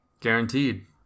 Guaranteed